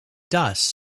dust